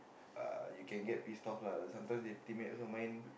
uh you can get piss off lah like sometimes your teammates also main